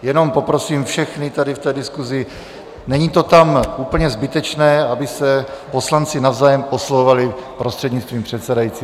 Jenom poprosím všechny tady v té diskusi, není to tam úplně zbytečné, aby se poslanci navzájem oslovovali prostřednictvím předsedajícího.